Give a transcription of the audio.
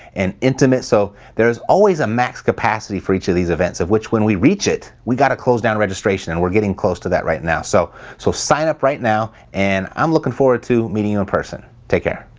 and intimate, so there's always a max capacity for each of these events of which when we reach it, we got to close down registration. and we're getting close to that right and now. so so sign up right now and i'm looking forward to meeting you in person. take care.